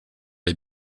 les